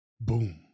Boom